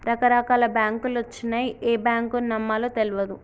రకరకాల బాంకులొచ్చినయ్, ఏ బాంకును నమ్మాలో తెల్వదు